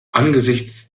angesichts